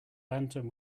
lantern